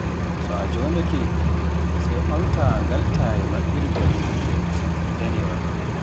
so a jonaake sai omtaa ngal taye maɓɓirgal ndanewaal